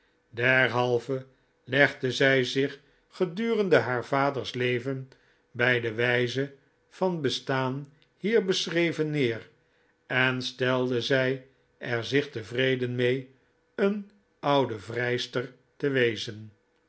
derhalve legde zij zich gedurende haar vaders leven bij de wijze van bestaan hier beschreven neer en stelde zij er zich tevreden mee een oude vrijster te wezen